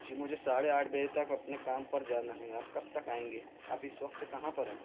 جی مجھے ساڑھے آٹھ بجے تک اپنے کام پر جانا ہے آپ کب تک آئیں گے آپ اس وقت کہاں پر ہیں